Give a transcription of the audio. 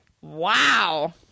wow